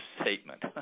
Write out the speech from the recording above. statement